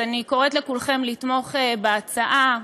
אני קוראת לכולכם לתמוך בהצעה,